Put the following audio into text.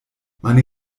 meine